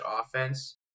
offense